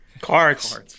Cards